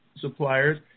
suppliers